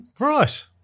Right